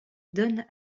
donne